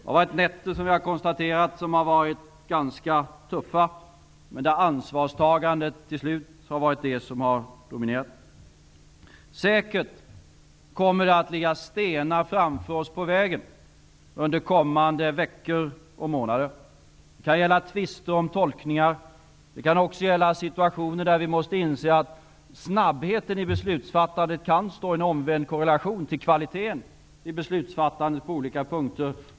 Vi har konstaterat att dessa nätter har varit ganska tuffa, men att ansvarstagandet till slut har dominerat. Säkert kommer det att ligga stenar framför oss på vägen under kommande veckor och månader. Det kan gälla tvister om tolkningar och situationer där vi måste inse att snabbheten i beslutsfattandet kan stå i en omvänd korrelation till kvaliteten i beslutsfattandet på olika punkter.